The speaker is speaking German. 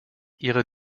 ihrer